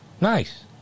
Nice